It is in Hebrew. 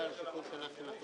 בשעה 10:55.